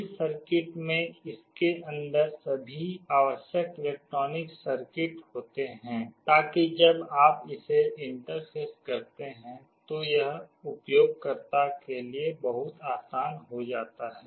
इस सर्किट में इसके अंदर सभी आवश्यक इलेक्ट्रॉनिक सर्किट होते हैं ताकि जब आप इसे इंटरफ़ेस करते हैं तो यह उपयोगकर्ता के लिए बहुत आसान हो जाता है